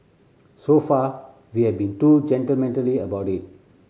so far we have been too about it